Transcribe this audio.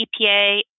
EPA